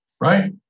right